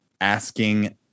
asking